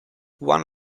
one